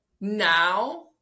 Now